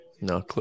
No